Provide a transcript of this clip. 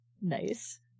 nice